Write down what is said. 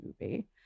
movie